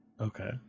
okay